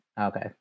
Okay